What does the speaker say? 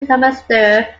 administer